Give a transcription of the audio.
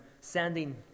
sending